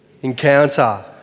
Encounter